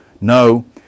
No